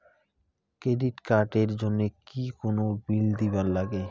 Credit card এর জন্যে কি কোনো বিল দিবার লাগে?